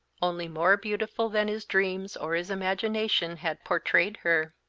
only more beautiful than his dreams or his imagination had portrayed her.